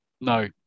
No